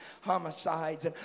homicides